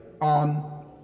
on